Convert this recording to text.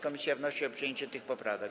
Komisja wnosi o przyjęcie tych poprawek.